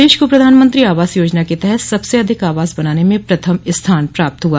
प्रदेश को प्रधानमंत्री आवास योजना के तहत सबसे अधिक आवास बनाने में प्रथम स्थान प्राप्त हुआ